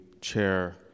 Chair